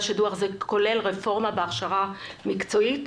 שדו"ח זה כולל רפורמה בהכשרה מקצועית.